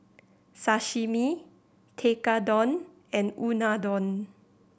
Sashimi Tekkadon and Unadon